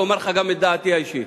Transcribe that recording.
ואומר לך גם את דעתי האישית.